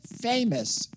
famous